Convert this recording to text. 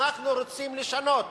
אנחנו רוצים לשנות.